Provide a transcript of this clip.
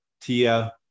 Tia